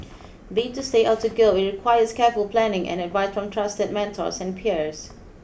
be it to stay or to go it requires careful planning and advice from trusted mentors and peers